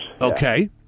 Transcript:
Okay